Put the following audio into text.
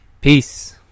Peace